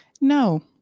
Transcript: No